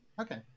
Okay